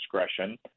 discretion